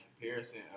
comparison